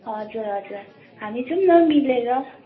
हजुर हजुर हामी जाउँ न मिलेर